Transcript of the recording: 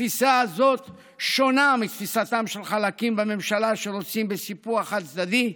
התפיסה הזאת שונה מתפיסתם של חלקים בממשלה שרוצים בסיפוח חד-צדדי.